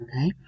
Okay